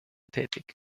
tätig